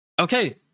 Okay